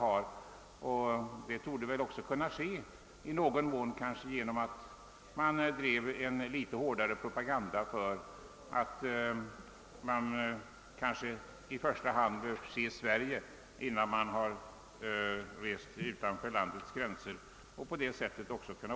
En sådan utjämning bör väl också kunna åstadkommas genom att man driver en något hårdare propaganda för att vi bör se Sverige innan vi reser utanför landets gränser.